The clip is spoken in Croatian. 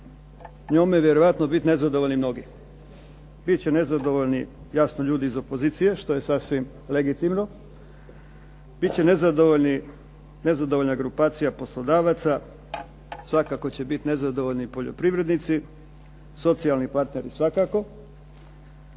njome vjerojatno biti nezadovoljni mnogi, bit će nezadovoljni jasno ljudi iz opozicije što je sasvim legitimno, bit će nezadovoljna grupacija poslodavaca, svakako će biti nezadovoljni poljoprivrednici, socijalni partneri svakako,